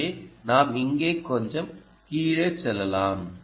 எனவே நாம் இங்கே கொஞ்சம் கீழே செல்லலாம்